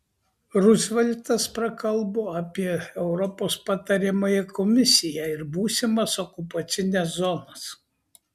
ruzveltas prakalbo apie europos patariamąją komisiją ir būsimas okupacines zonas